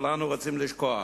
שכולנו רוצים לשכוח: